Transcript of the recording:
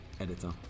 Editor